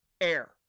air